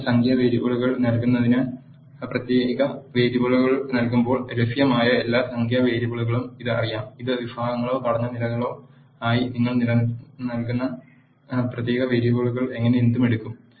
നിങ്ങൾ സംഖ്യാ വേരിയബിളുകൾ നൽകുമ്പോൾ പ്രതീക വേരിയബിളുകൾ നൽകുമ്പോൾ ലഭ്യമായ എല്ലാ സംഖ്യാ വേരിയബിളുകളും ഇത് അറിയാം ഇത് വിഭാഗങ്ങളോ ഘടക നിലകളോ ആയി നിങ്ങൾ നൽകുന്ന പ്രതീക വേരിയബിളുകൾ എന്തും എടുക്കും